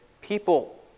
people